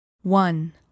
one